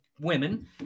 women